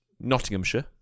Nottinghamshire